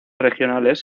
regionales